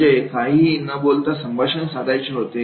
म्हणजे काहीही न बोलता संभाषण साधायचे होते